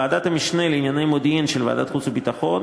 ועדת המשנה לענייני מודיעין של ועדת החוץ והביטחון